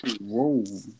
Whoa